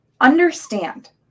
understand